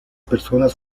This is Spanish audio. personas